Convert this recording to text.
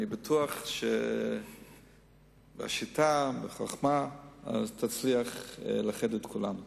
אני בטוח שבשיטה, בחוכמה, תצליח לאחד את כולם.